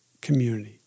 Community